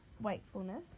wakefulness